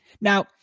Now